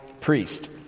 priest